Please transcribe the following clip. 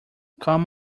come